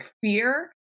fear